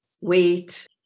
weight